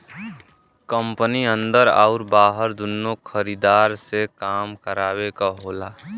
company अन्दर आउर बाहर दुन्नो खरीदार से काम करावे क होला